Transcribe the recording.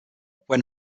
when